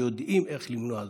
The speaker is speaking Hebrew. יודעים איך למנוע זאת,